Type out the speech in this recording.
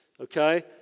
okay